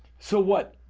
so what,